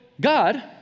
God